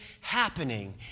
happening